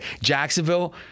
Jacksonville